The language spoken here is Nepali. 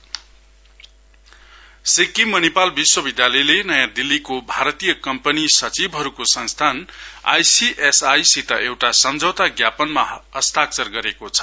एसएसय सिक्किम मणिपाल विश्वविधालयले नयाँ दिल्लीको भारतीय कम्पनी सचिवहरुको संस्थान आईसीएसआई सित एउटा सम्झौता ज्ञापनमा हस्ताक्षर गरेको छ